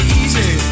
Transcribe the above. easy